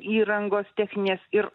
įrangos techninės ir